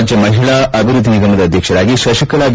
ರಾಜ್ಞ ಮಹಿಳಾ ಅಭಿವೃದ್ಧಿ ನಿಗಮದ ಅಧ್ಯಕ್ಷರಾಗಿ ಶತಿಕಲಾ ವಿ